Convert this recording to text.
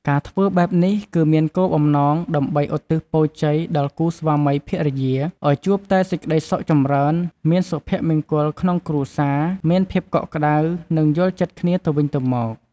ការធ្វើបែបនេះគឺមានគោលបំណងដើម្បីឧទ្ទិសពរជ័យដល់គូស្វាមីភរិយាឲ្យជួបតែសេចក្តីសុខចម្រើន មានសុភមង្គលក្នុងគ្រួសារ មានភាពកក់ក្តៅ និងយល់ចិត្តគ្នាទៅវិញទៅមក។